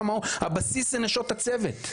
הבסיס זה נשות הצוות,